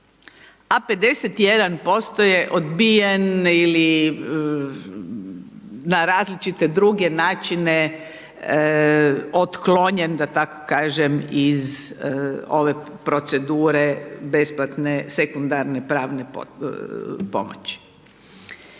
51% je odbijen ili na različite druge način otklonjen da tako kažem iz ove procedure besplatne sekundarne pravne pomoći.